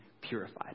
purified